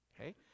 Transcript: Okay